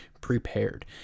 prepared